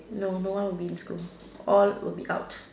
no no one will be in school all will be out